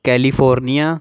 California